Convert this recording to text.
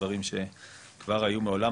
דברים שכבר היו מעולם.